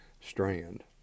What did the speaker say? strand